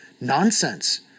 Nonsense